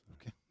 Okay